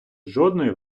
жодної